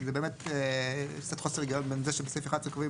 כי זה באמת קצת חוסר הגיון בין זה שבסעיף (11) קובעים